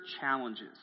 challenges